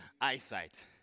eyesight